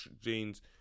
jeans